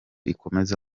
ikomeza